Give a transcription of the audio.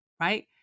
Right